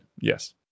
yes